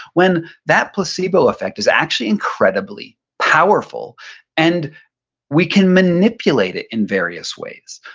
when that placebo effect is actually incredibly powerful and we can manipulate it in various ways.